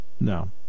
No